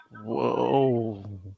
Whoa